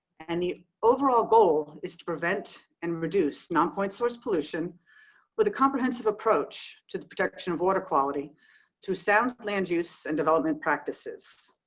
and the overall goal is to prevent and reduce non point source pollution with a comprehensive approach to the protection of water quality through sound land use and development practices.